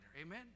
Amen